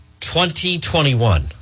2021